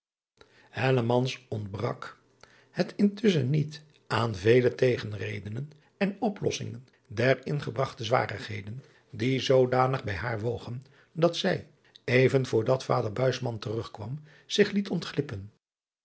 ontbrak het intusschen niet aan vele tegenredenen en oplossingen der ingebragte zwarigheden die zoodanig bij haar wogen dat zij even voor dat vader terugkwam zich liet ontglippen